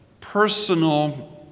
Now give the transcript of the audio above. personal